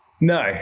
No